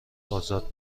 ازاد